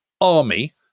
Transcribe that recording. Army